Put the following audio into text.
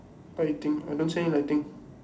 lighting I don't see any lighting